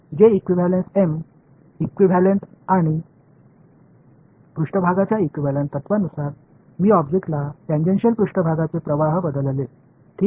जे equivalent M equivalent आणि पृष्ठभागाच्या इक्विव्हॅलेंट तत्त्वानुसार मी ऑब्जेक्टला टेंजेन्शिअल पृष्ठभागाचे प्रवाह बदलले ठीक आहे